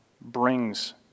brings